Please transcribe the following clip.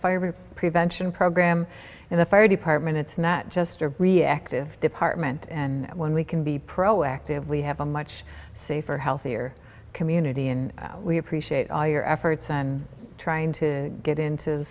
fire prevention program and the fire department it's not just a reactive department and when we can be proactive we have a much safer healthier community and we appreciate all your efforts on trying to get into